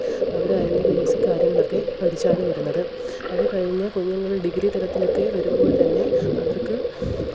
അവർ അതിന്റെ ബേസിക് കാര്യങ്ങളൊക്കെ പഠിച്ചാണ് വരുന്നത് അത് കഴിഞ്ഞു കുഞ്ഞുങ്ങള് ഡിഗ്രി തലത്തിലൊക്കെ വരുമ്പോള് തന്നെ അവര്ക്ക്